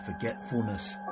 forgetfulness